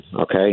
okay